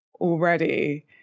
already